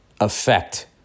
effect